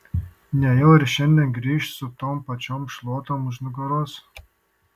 nejau ir šiandien grįš su tom pačiom šluotom už nugaros